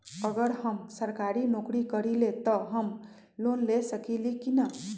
अगर हम सरकारी नौकरी करईले त हम लोन ले सकेली की न?